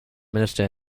minister